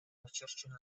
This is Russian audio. начерчена